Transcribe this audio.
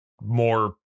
more